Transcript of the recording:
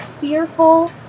fearful